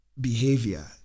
behavior